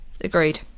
agreed